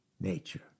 nature